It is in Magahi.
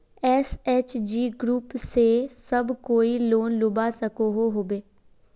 एस.एच.जी ग्रूप से सब कोई लोन लुबा सकोहो होबे?